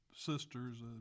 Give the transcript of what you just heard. sisters